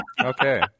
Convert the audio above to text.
Okay